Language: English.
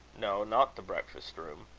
no, not the breakfast-room.